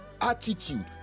attitude